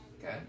Good